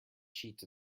cheats